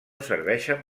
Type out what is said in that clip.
serveixen